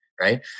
right